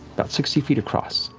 about sixty feet across,